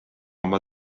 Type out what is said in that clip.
oma